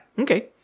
Okay